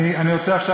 קבוצה.